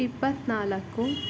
ಇಪ್ಪತ್ತ್ನಾಲ್ಕು